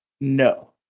No